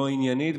לא עניינית,